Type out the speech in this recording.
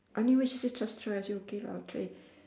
anyway she say trust you rise okay lah on tray